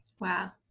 wow